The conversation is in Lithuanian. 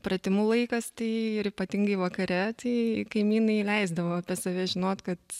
pratimų laikas tai ir ypatingai vakare tai kaimynai leisdavo apie save žinot kad